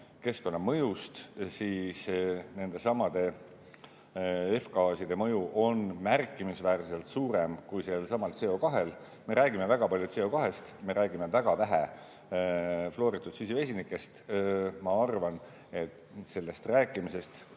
keskkonnamõjust, siis nendesamade F‑gaaside mõju on märkimisväärselt suurem kui sellelsamal CO2-l. Me räägime väga palju CO2‑st, me räägime väga vähe fluoritud süsivesinikest. Ma arvan, et sellest rääkimisest